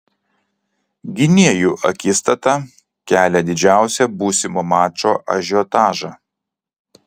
gynėjų akistata kelia didžiausią būsimo mačo ažiotažą